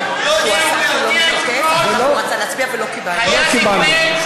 שעבר, ולא אפשרו לי להצביע, אדוני.